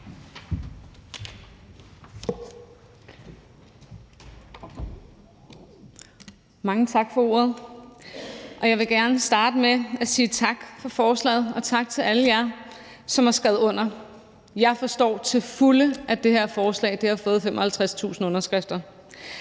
Mange tak for ordet. Og jeg vil gerne starte med at sige tak for forslaget og sige tak til alle jer, som har skrevet under. Jeg forstår til fulde, at det her forslag har fået 55.000 underskrifter,